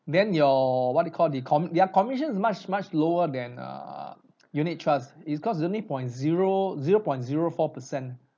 then your what you call the com~ their commission is much much lower than err unit trust it's because it's only point zero zero point zero four percent